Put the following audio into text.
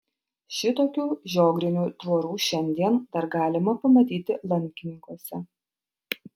šitokių žiogrinių tvorų šiandien dar galima pamatyti lankininkuose